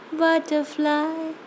butterfly